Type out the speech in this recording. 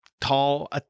tall